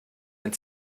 den